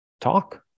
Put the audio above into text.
talk